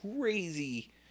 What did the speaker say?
crazy